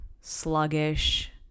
sluggish